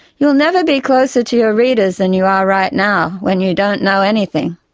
you'll never be closer to your readers than you are right now, when you don't know anything.